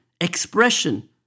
expression